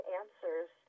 answers